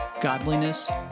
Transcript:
godliness